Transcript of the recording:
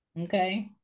Okay